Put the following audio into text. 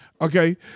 Okay